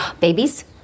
Babies